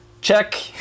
Check